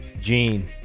Gene